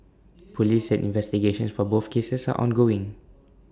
Police said investigations for both cases are ongoing